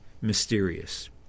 mysterious